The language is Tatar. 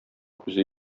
күзе